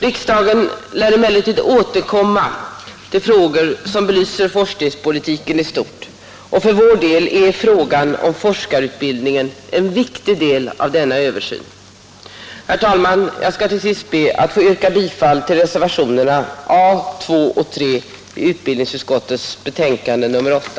Riksdagen lär emellertid återkomma till frågor som belyser forskningspolitiken i stort, och för vår del är frågan om forskarutbildningen en viktig del av denna översyn. Herr talman! Jag ber till sist att få yrka bifall till reservationerna A 2 och A 3 i utbildningsutskottets betänkande nr 8.